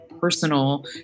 personal